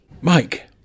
Mike